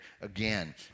again